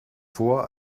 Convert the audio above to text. vor